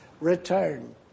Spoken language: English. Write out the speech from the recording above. return